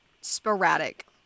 sporadic